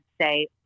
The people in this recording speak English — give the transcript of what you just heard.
say